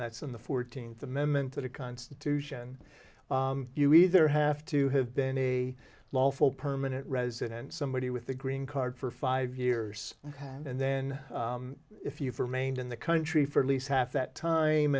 that's in the fourteenth amendment to the constitution you either have to have been a lawful permanent resident somebody with a green card for five years and then if you for main in the country for at least half that time